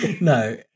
No